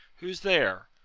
who's there?